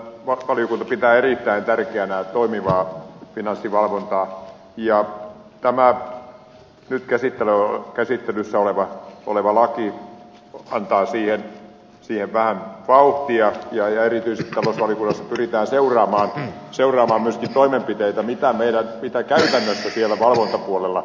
talousvaliokunta pitää erittäin tärkeänä toimivaa finanssivalvontaa ja tämä nyt käsittelyssä oleva laki antaa siihen vähän vauhtia ja erityisesti talousvaliokunnassa pyritään myöskin seuraamaan niitä toimenpiteitä mitä käytännössä siellä valvontapuolella tapahtuu